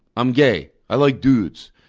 um gay. i like dudes.